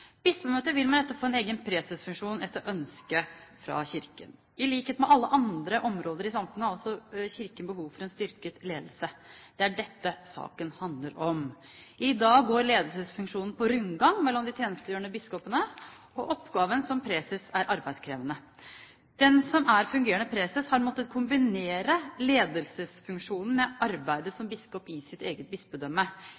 Bispemøtet vil med dette få en egen presesfunksjon etter ønske fra Kirken. I likhet med alle andre områder i samfunnet har også Kirken behov for en styrket ledelse. Det er dette saken handler om. I dag går ledelsesfunksjonen på rundgang mellom de tjenestegjørende biskopene. Oppgaven som preses er arbeidskrevende. Den som er fungerende preses, har måttet kombinere ledelsesfunksjonen med arbeidet som